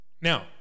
Now